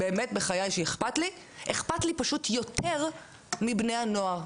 איכפת לי פשוט יותר מבני הנוער.